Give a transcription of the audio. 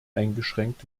eingeschränkt